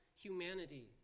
humanity